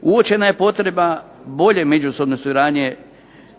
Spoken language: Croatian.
Uočena je potreba bolje međusobne suradnje